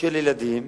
של ילדים,